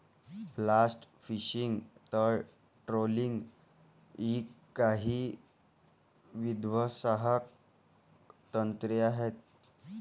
blast fishing, तळ trolling इ काही विध्वंसक तंत्रे आहेत